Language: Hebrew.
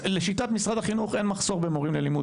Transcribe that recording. לשיטת משרד החינוך אין מחסור במורים ללימוד